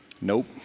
Nope